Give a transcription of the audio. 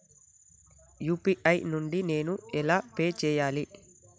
UPI నుండి నేను ఎలా పే చెయ్యాలి?